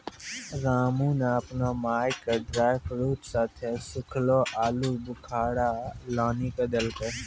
रामू नॅ आपनो माय के ड्रायफ्रूट साथं सूखलो आलूबुखारा लानी क देलकै